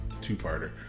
two-parter